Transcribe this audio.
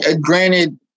Granted